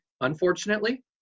unfortunately